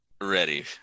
ready